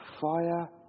fire